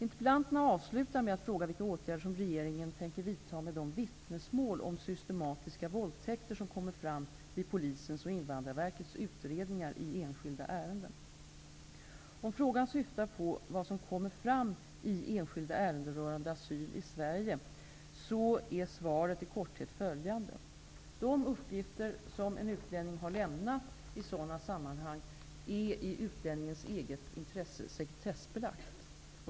Interpellanterna avslutar med att fråga vilka åtgärder som regeringen tänker vidta med de vittnesmål om systematiska våldtäkter som kommer fram vid polisens och Invandrarverkets utredningar i enskilda ärenden. Om frågan syftar på vad som kommer fram i enskilda ärenden rörande asyl i Sverige, så är svaret i korthet följande: De uppgifter som en utlänning har lämnat i sådana sammanhang är i utlänningens eget intresse sekretessbelagt.